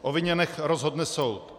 O vině nechť rozhodne soud.